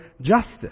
justice